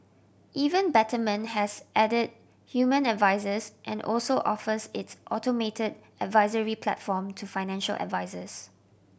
even Betterment has added human advisers and also offers its automated advisory platform to financial advisers